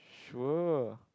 sure